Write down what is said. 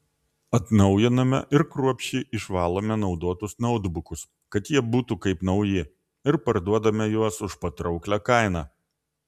atnaujiname ir kruopščiai išvalome naudotus nautbukus kad jie būtų kaip nauji ir parduodame juos už patrauklią kainą